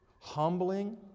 Humbling